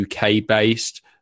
UK-based